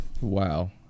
Wow